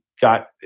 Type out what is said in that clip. got